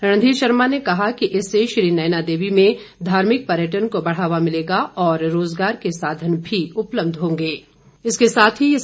रणघीर शर्मा ने कहा कि इससे श्री नैना देवी में धार्मिक पर्यटन को बढ़ावा मिलेगा और रोजगार के साधन मी उपलब्ध होंगे